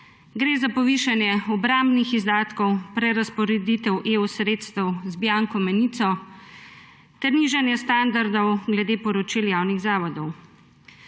Gre za povišanje obrambnih izdatkov, prerazporeditev EU sredstev z bianco menico ter nižanje standardov glede poročil javnih zavodov.